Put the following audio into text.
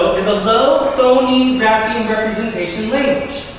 is a low phoneme grapheme representation language,